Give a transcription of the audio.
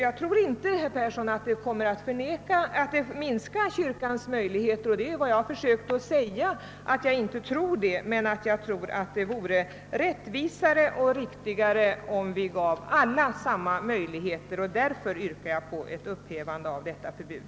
Herr Persson, jag tror inte heller att det minskar kyrkans möjligheter, men jag tror att det vore rättvisare och riktigare om alla gavs samma möjligheter. Därför yrkar jag på ett upphävande av detta förbud.